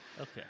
okay